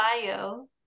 bio